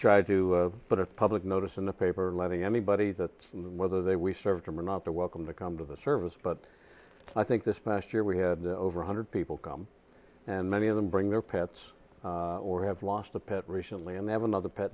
put a public notice in the paper letting anybody that whether they we served him or not they're welcome to come to the service but i think this past year we had over one hundred people come and many of them bring their pets or have lost a pet recently and they have another pet